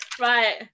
right